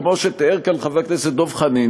כמו שתיאר כאן חבר הכנסת דב חנין,